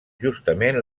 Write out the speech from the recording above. justament